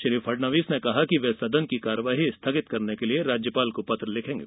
श्री फडणवीस ने कहा कि वे सदन की कार्यवाही स्थगित करने के लिए राज्यपाल को पत्र लिखेंगे